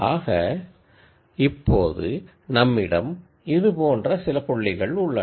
ஆக இப்போது நம்மிடம் இது போன்று சில பாயிண்ட்டுகள் உள்ளன